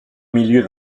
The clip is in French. milieu